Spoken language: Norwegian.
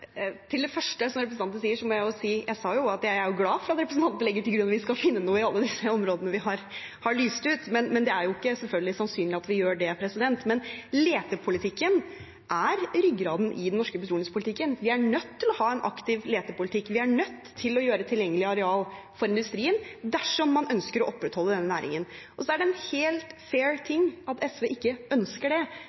Til det første som representanten sier, må jeg si: Jeg sa jo at jeg er glad for at representanten legger til grunn at vi skal finne noe i alle disse områdene vi har lyst ut, men det er jo ikke sannsynlig at vi gjør det. Men letepolitikken er ryggraden i den norske petroleumspolitikken. Vi er nødt til å ha en aktiv letepolitikk, vi er nødt til å gjøre areal tilgjengelig for industrien dersom man øsker å opprettholde denne næringen. Så er det helt fair at SV ikke ønsker det.